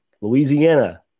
Louisiana